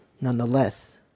nonetheless